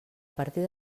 partir